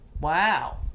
Wow